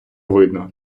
видно